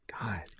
God